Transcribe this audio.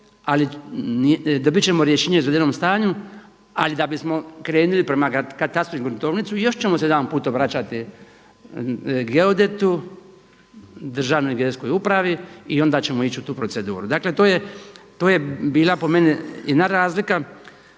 ali dobit ćemo rješenje o izvedenom stanju. Ali da bismo krenuli prema katastru i gruntovnici još ćemo se jedanput obraćati geodetu, državnoj geodetskoj upravi i onda ćemo ići u tu proceduru. Dakle, to je bila po meni bila jedna razlika.